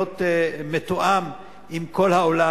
להיות מתואם עם כל העולם.